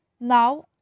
Now